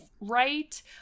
right